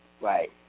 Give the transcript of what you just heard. Right